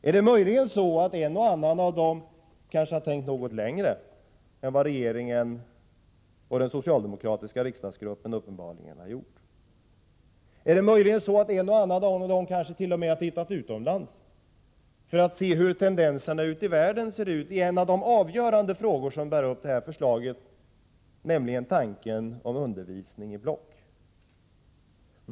Är det inte möjligen så att en och annan kanske har tänkt något längre än vad regeringen och den socialdemokratiska riksdagsgruppen uppenbarligen har gjort? Eller är det inte möjligen så att en och annan kanske t.o.m. har varit utomlands för att se tendenserna ute i världen beträffande en av de avgörande frågor som bär upp det här förslaget, nämligen tanken på undervisning i block?